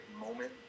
moment